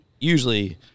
usually